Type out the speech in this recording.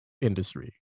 industry